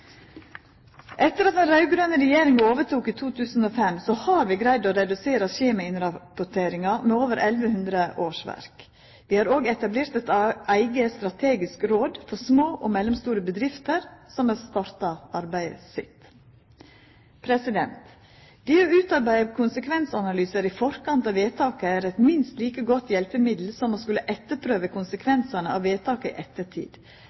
Etter at den raud-grøne regjeringa overtok i 2005, har vi greidd å redusera skjemainnrapporteringa med over 1 100 årsverk. Vi har òg etablert eit eige strategisk råd for små og mellomstore bedrifter som har starta arbeidet sitt. Det å utarbeida konsekvensanalysar i forkant av vedtak er eit minst like godt hjelpemiddel som å skulla etterprøva konsekvensen av vedtaka i ettertid.